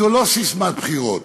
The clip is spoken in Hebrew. זו לא ססמת בחירות,